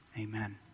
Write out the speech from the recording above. Amen